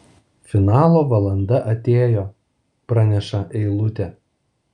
finalo valanda atėjo praneša eilutė